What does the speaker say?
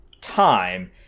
time